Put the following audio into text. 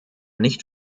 nicht